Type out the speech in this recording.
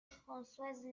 françoise